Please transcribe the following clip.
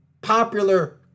popular